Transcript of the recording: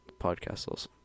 Podcasts